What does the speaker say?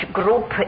group